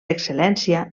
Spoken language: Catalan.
excel·lència